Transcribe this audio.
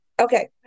Okay